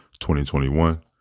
2021